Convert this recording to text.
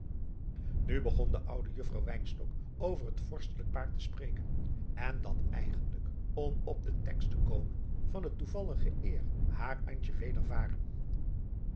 nu begon de oude juffrouw wynstok over het vorstelijk paar te spreken en dat eigenlijk om op den tekst te komen van de toevallige eer haar antje wedervaren